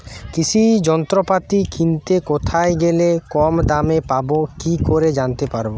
কৃষি যন্ত্রপাতি কিনতে কোথায় গেলে কম দামে পাব কি করে জানতে পারব?